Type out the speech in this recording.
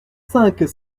cinq